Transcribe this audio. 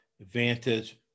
advantage